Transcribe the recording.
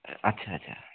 आच्छा आच्छा